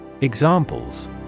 Examples